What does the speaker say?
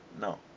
no